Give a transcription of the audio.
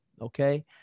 okay